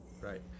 right